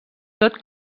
tot